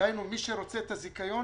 דהיינו, מי שרוצה את הזיכיון